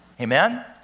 Amen